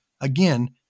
again